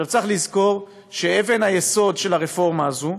צריך לזכור שאבן היסוד של הרפורמה הזו,